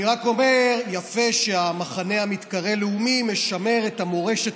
אני רק אומר שיפה שמחנה המתקרא לאומי משמר את המורשת